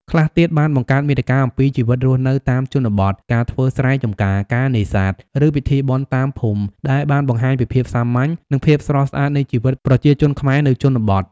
ខ្លះទៀតបានបង្កើតមាតិកាអំពីជីវិតរស់នៅតាមជនបទ ការធ្វើស្រែចំការ ការនេសាទ ឬពិធីបុណ្យតាមភូមិ ដែលបានបង្ហាញពីភាពសាមញ្ញ និងភាពស្រស់ស្អាតនៃជីវិតប្រជាជនខ្មែរនៅជនបទ។